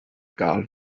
gael